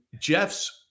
Jeff's